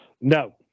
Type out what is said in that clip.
No